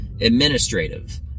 Administrative